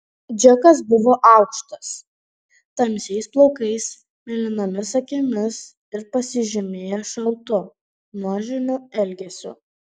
džekas buvo aukštas tamsiais plaukais mėlynomis akimis ir pasižymėjo šaltu nuožmiu elgesiu